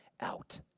out